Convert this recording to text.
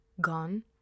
gone